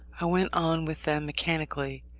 i went on with them mechanically,